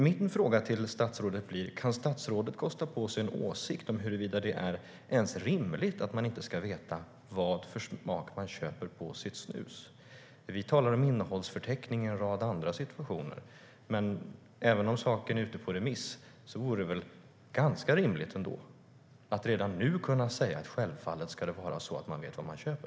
Min fråga till statsrådet blir: Kan statsrådet kosta på sig en åsikt om huruvida det ens är rimligt att man inte ska veta vilken smak det är på det snus man köper? Vi talar om innehållsförteckningar i en rad andra situationer. Men även om förslaget är ute på remiss vore det väl ganska rimligt att redan nu kunna säga att man självfallet ska veta vad man köper?